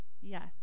Yes